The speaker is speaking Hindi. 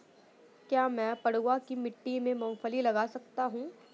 क्या मैं पडुआ की मिट्टी में मूँगफली लगा सकता हूँ?